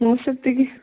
ସେତିକି